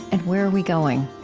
and where are we going?